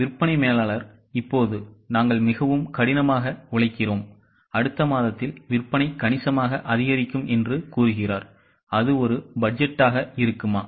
ஒரு விற்பனை மேலாளர் இப்போது நாங்கள் மிகவும் கடினமாக உழைக்கிறோம் அடுத்த மாதத்தில் விற்பனை கணிசமாக அதிகரிக்கும் என்று கூறுகிறார் அது ஒரு பட்ஜெட்டாக இருக்குமா